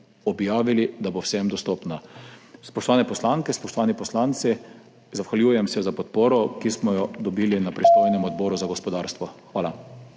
objavili, da bo vsem dostopna. Spoštovane poslanke, spoštovani poslanci! Zahvaljujem se za podporo, ki smo jo dobili na pristojnem Odboru za gospodarstvo. Hvala.